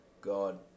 God